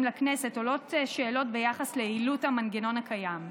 לכנסת עולות שאלות ביחס ליעילות המנגנון הקיים.